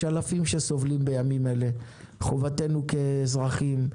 יש אלפים שסובלים בימים אלה, וחובתנו כאזרחים,